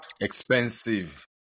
Expensive